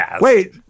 Wait